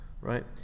right